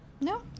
No